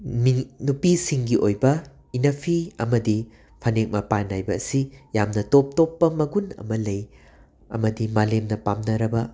ꯃꯤꯅꯤ ꯅꯨꯄꯤꯁꯤꯡꯒꯤ ꯑꯣꯏꯕ ꯏꯟꯅꯐꯤ ꯑꯃꯗꯤ ꯐꯅꯦꯛ ꯃꯄꯥꯟ ꯅꯥꯏꯕ ꯑꯁꯤ ꯌꯥꯝꯅ ꯇꯣꯞ ꯇꯣꯞꯄ ꯃꯒꯨꯟ ꯑꯃ ꯂꯩ ꯑꯃꯗꯤ ꯃꯥꯂꯦꯝꯅ ꯄꯥꯝꯅꯔꯕ